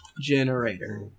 Generator